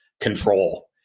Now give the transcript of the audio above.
control